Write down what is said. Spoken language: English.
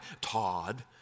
Todd